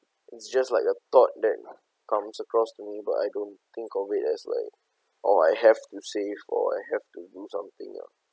it's just like a thought that comes across to me but I don't think of it as like oh I have to save or I have to do something ah